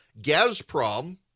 Gazprom